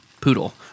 poodle